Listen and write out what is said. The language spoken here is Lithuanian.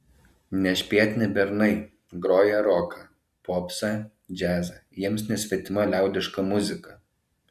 nešpėtni bernai groja roką popsą džiazą jiems nesvetima liaudiška muzika